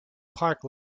park